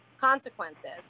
consequences